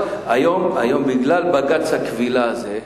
היום בגלל בג"ץ הכבילה הזה,